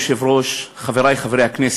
אדוני היושב-ראש, חברי חברי הכנסת,